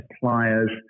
suppliers